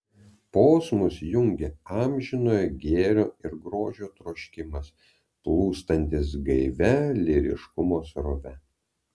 posmus jungia amžinojo gėrio ir grožio troškimas plūstantis gaivia lyriškumo srove